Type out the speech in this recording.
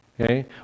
okay